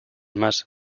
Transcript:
más